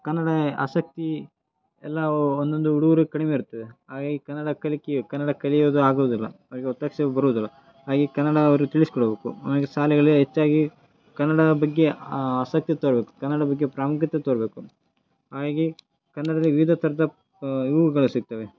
ಕನ್ನಡ ಆಸಕ್ತಿ ಎಲ್ಲ ಒಂದೊಂದು ಹುಡುಗ್ರಿಗ್ ಕಡಿಮೆ ಇರ್ತದೆ ಹಾಗಾಗಿ ಕನ್ನಡ ಕಲಿಕೆ ಕನ್ನಡ ಕಲಿಯೋದು ಆಗೋದಿಲ್ಲ ಅವ್ರಿಗೆ ಒತ್ತಕ್ಷರ ಬರುವುದಿಲ್ಲ ಹಾಗೆ ಕನ್ನಡ ಅವ್ರಿಗೆ ತಿಳಿಸಿಕೊಡ್ಬೇಕು ಆಗ ಶಾಲೆಗಳೇ ಹೆಚ್ಚಾಗಿ ಕನ್ನಡ ಬಗ್ಗೆ ಆಸಕ್ತಿ ತೋರಬೇಕು ಕನ್ನಡ ಬಗ್ಗೆ ಪ್ರಾಮುಖ್ಯತೆ ತೋರಬೇಕು ಹಾಗಾಗಿ ಕನ್ನಡದ ವಿವಿಧ ಥರದ ಇವುಗಳು ಸಿಗ್ತವೆ